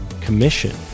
commission